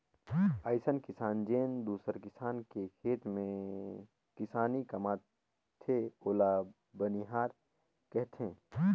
अइसन किसान जेन दूसर किसान के खेत में किसानी कमाथे ओला बनिहार केहथे